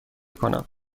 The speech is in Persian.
کنم